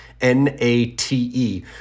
N-A-T-E